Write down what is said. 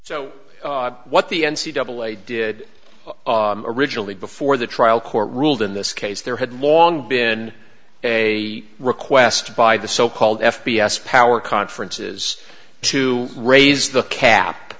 so what the n c double a did originally before the trial court ruled in this case there had long been a request by the so called f b s power conferences to raise the cap